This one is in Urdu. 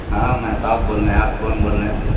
ہاں مہتاب بول رہے ہیں آپ کون بول رہے ہیں